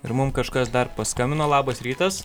ir mum kažkas dar paskambino labas rytas